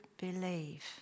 believe